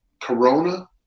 Corona